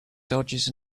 dodges